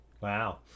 Wow